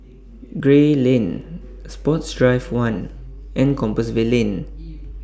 Gray Lane Sports Drive one and Compassvale Lane